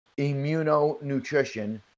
immunonutrition